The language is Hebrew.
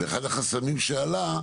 ואחד החסמים שעלה,